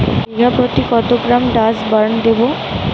বিঘাপ্রতি কত গ্রাম ডাসবার্ন দেবো?